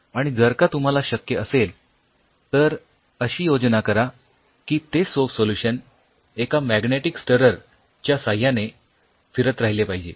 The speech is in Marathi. आणि जर का तुम्हाला शक्य असेल तर अशी योजना करा की ते सोप सोल्युशन एका मॅग्नेटिक स्टरर च्या साह्याने फिरत राहिले पाहिजे